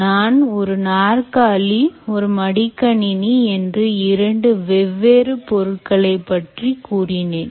நான் ஒரு நாற்காலி ஒரு மடிக்கணினி என்று இரண்டு வெவ்வேறு பொருட்களைப் பற்றி கூறினேன்